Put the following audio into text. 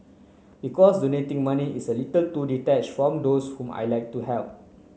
because donating money is a little too detached from those whom I'd like to help